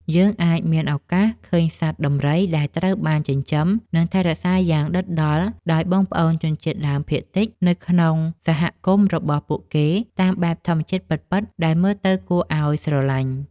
យើងអាចមានឱកាសឃើញសត្វដំរីដែលត្រូវបានចិញ្ចឹម និង ថែរក្សាយ៉ាងដិតដល់ដោយបងប្អូនជនជាតិដើមភាគតិចនៅក្នុងសហគមន៍របស់ពួកគេតាមបែបធម្មជាតិពិតៗដែលមើលទៅគួរឱ្យស្រឡាញ់។